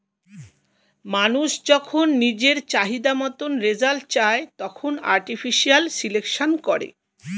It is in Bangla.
মানুষ যখন নিজের চাহিদা মতন রেজাল্ট চায়, তখন আর্টিফিশিয়াল সিলেকশন করে